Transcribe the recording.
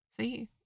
see